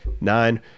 nine